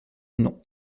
non